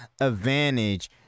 advantage